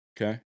Okay